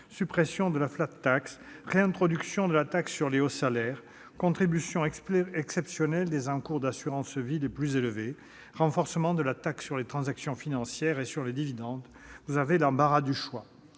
suppression de la, réintroduction de la taxe sur les hauts salaires, contribution exceptionnelle des encours d'assurance vie les plus élevés, renforcement de la taxe sur les transactions financières et sur les dividendes. Vous avez l'embarras du choix,